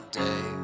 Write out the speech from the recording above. day